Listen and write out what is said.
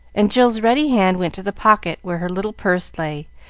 and jill's ready hand went to the pocket where her little purse lay,